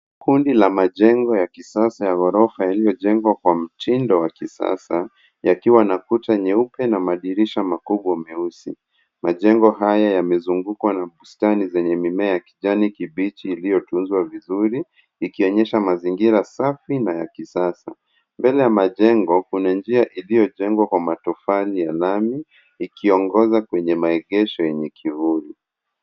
Kundi la majengo ya kisasa ya ghorofa yaliyojengwa kwa mtindo wa kisasa yakiwa na kuta nyeupe na madirisha makubwa meusi. Majengo haya yamezungukwa na bustani zenye mimea ya kijani kibichi iliyotunzwa vizuri ikionyesha mazingira safi na ya kisasa. Mbele ya majengo kuna njia iliyojengwa kwa matofali ya lami ikiongoza kwenye maegesho yenye kivuli.